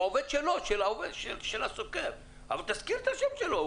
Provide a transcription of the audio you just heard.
הוא עובד של הסוקר, אבל תזכיר את השם שלו.